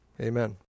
Amen